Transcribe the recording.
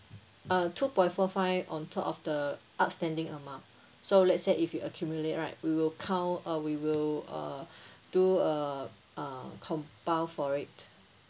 uh two point four five on top of the outstanding amount so let say if you accumulate right we will count uh we will uh do a uh compound for it